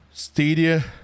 Stadia